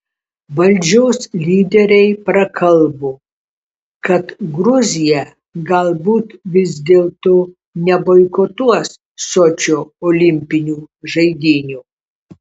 valdžios lyderiai prakalbo kad gruzija galbūt vis dėlto neboikotuos sočio olimpinių žaidynių